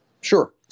Sure